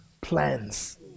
plans